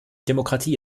demokratie